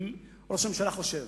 אם ראש הממשלה חושב